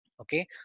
Okay